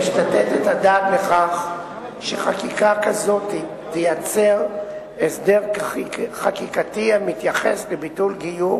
יש לתת את הדעת לכך שחקיקה כזאת תייצר הסדר חקיקתי המתייחס לביטול גיור